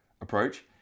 approach